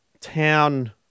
town